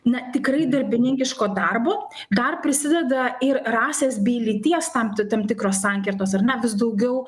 ne tikrai darbininkiško darbo dar prisideda ir rasės bei lyties tam tik tam tikros sankirtos ar ne vis daugiau